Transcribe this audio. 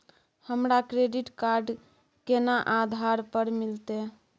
हमरा credit card केना आधार पर मिलते?